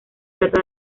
trata